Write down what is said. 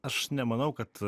aš nemanau kad